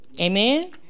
Amen